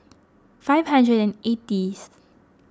five hundred and eightieth